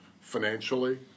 financially